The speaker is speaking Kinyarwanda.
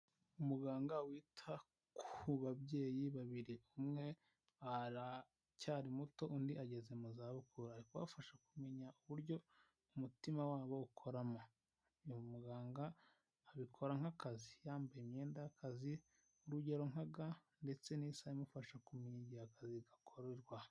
Umuganga wita ku babyeyi babiri, umwe aracyari muto undi ageze mu za bukuru. Ari kubafasha kumenya uburyo umutima wabo ukoramo. Uyu muganga abikora nk'akazi; yambaye imyenda y'akazi urugero nka ga ndetse n'isaha imufasha kumenya igihe akazi gakorerwa.